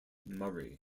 murray